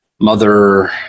Mother